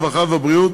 הרווחה והבריאות